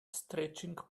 stretching